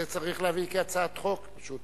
צריך להביא את זה כהצעת חוק, פשוט